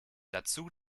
dazu